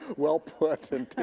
well put